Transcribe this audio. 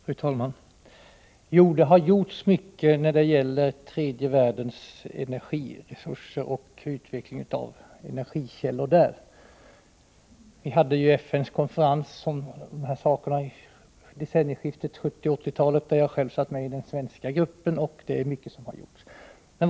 Fru talman! Jo, det har gjorts mycket när det gäller tredje världens energiresurser och utvecklingen av energikällorna där. FN hade en konferens om dessa saker vid decennieskiftet 1970-1980, då jag själv satt med i den svenska gruppen.